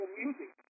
music